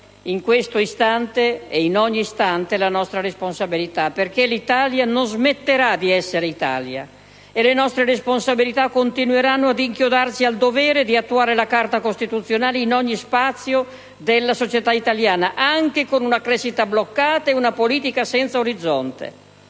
in questo istante e in ogni istante è la nostra responsabilità, perché l'Italia non smetterà di essere Italia e le nostre responsabilità continueranno ad inchiodarci al dovere di attuare la Carta costituzionale in ogni spazio della società italiana, anche con una crescita bloccata e una politica senza orizzonte.